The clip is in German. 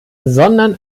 sondern